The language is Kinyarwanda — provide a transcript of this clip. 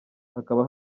hakaba